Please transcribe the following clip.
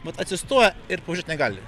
mat atsistoja ir pavažiuot negali